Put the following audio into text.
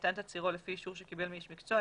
ניתן תצהירו לפי אישור שקיבל מאיש מקצוע,